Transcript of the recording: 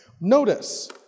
Notice